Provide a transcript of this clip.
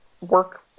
work